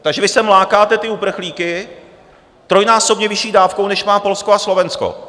Takže vy sem lákáte ty uprchlíky trojnásobně vyšší dávkou, než má Polsko a Slovensko.